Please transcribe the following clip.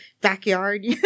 backyard